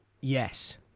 Yes